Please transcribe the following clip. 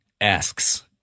asks